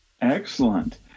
excellent